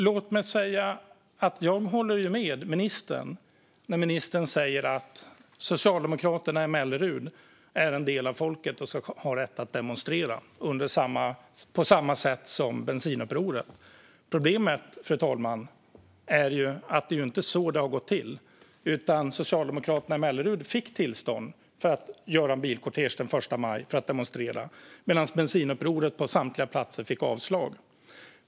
Fru talman! Jag håller med ministern om att socialdemokraterna i Mellerud är en del av folket och att de har rätt att demonstrera på samma sätt som Bensinupproret. Problemet är dock att det inte är så det har gått till. Socialdemokraterna i Mellerud fick tillstånd för att demonstrera i en bilkortege första maj medan Bensinupproret fick avslag på samtliga platser.